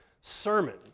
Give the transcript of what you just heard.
sermon